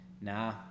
Nah